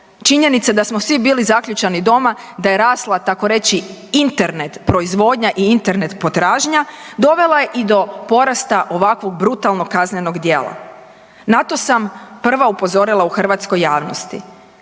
Činjenica da smo svi bili zaključani doma, da je rasla tako reći Internet proizvodnja i Internet potražnja dovela je i do porasta ovako brutalnog kaznenog djela. Na to sam prva upozorila u hrvatskoj javnosti.